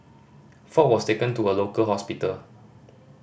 Ford was taken to a local hospital